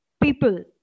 people